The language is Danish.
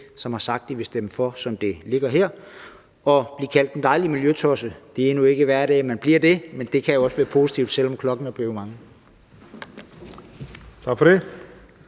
som har sagt, at de vil stemme for forslaget, som det ligger her. Og at blive kaldt en dejlig miljøtosse – det er nu ikke hver dag, man bliver det – kan jo også være positivt, selv om klokken er blevet mange. Kl.